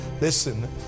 Listen